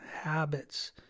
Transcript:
habits